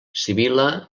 sibil·la